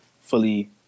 fully